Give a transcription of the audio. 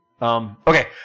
Okay